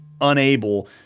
unable